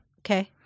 Okay